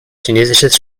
chinesisches